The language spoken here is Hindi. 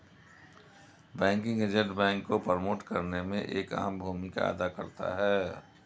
बैंकिंग एजेंट बैंक को प्रमोट करने में एक अहम भूमिका अदा करता है